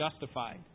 justified